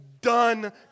done